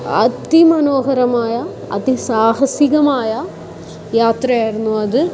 അതിമനോഹരമായ അതിസാഹസികമായ യാത്രയായിരുന്നു അത്